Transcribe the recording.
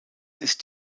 ist